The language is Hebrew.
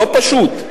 לא פשוט,